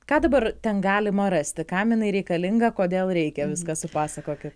ką dabar ten galima rasti kam jinai reikalingą kodėl reikia viską supasakokit